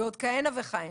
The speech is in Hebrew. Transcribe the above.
ועוד כהנה וכהנה,